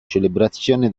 celebrazione